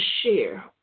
share